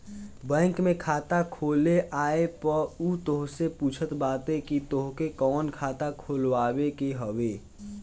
bank में खाता खोले आए पअ उ तोहसे पूछत बाटे की तोहके कवन खाता खोलवावे के हवे